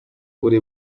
uri